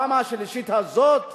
הפעם השלישית הזאת,